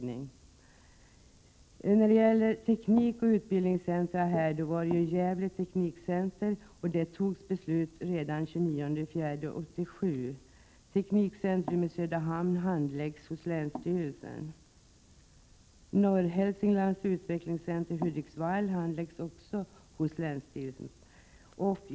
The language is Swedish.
När det gäller teknikoch utbildningscentra togs beslut redan den 29 april 1987 om Gävle teknikcenter. Teknikcentrum i Söderhamn handläggs hos länsstyrelsen, och norra Hälsinglands utvecklingscenter i Hudiksvall handläggs också hos länsstyrelsen.